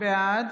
בעד